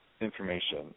information